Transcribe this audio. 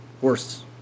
Worse